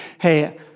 hey